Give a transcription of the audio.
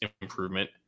improvement